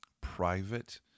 private